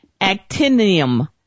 actinium